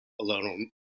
alone